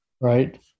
Right